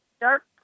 Dark